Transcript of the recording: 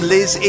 Liz